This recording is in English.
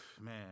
Man